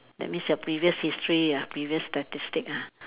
that means your previous history ah previous statistics ah